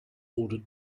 ordered